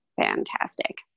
fantastic